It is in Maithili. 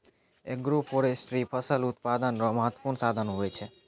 एग्रोफोरेस्ट्री फसल उत्पादन रो महत्वपूर्ण साधन हुवै छै